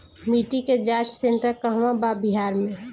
मिटी के जाच सेन्टर कहवा बा बिहार में?